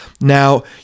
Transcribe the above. Now